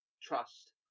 trust